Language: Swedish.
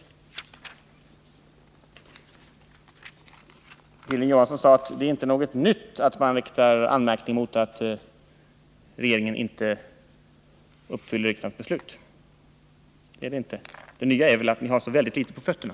Hilding Johansson sade att det inte är något nytt att man riktar anmärkning mot att regeringen inte uppfyller riksdagens beslut. Kanske inte, men det nya är väl att ni har så väldigt litet på fötterna.